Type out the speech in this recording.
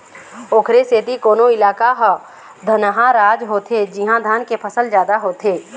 ओखरे सेती कोनो इलाका ह धनहा राज होथे जिहाँ धान के फसल जादा होथे